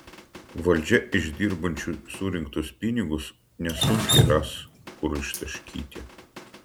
valdžia iš dirbančių surinktus pinigus nesunkiai ras kur ištaškyti